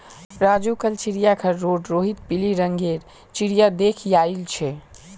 राजू कल चिड़ियाघर रोड रोहित पिली रंग गेर चिरया देख याईल छे